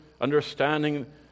understanding